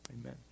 amen